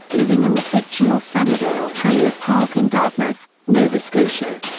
living in the fictional sunnyvale trailer park in dartmouth, nova scotia.